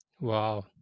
Wow